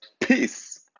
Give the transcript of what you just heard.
peace